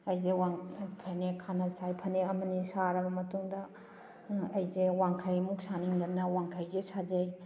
ꯑꯩꯁꯦ ꯐꯅꯦꯛ ꯍꯥꯟꯅ ꯁꯥꯏ ꯐꯅꯦꯛ ꯑꯃꯅꯤ ꯁꯥꯔꯕ ꯃꯇꯨꯡꯗ ꯑꯩꯁꯦ ꯋꯥꯡꯈꯩ ꯑꯃꯨꯛ ꯁꯥꯅꯤꯡꯗꯅ ꯋꯥꯡꯈꯩꯁꯦ ꯁꯥꯖꯩ